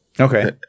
Okay